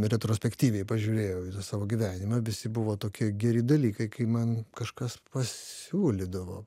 retrospektyviai pažiūrėjau į tą savo gyvenimą visi buvo tokie geri dalykai kai man kažkas pasiūlydavo